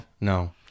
No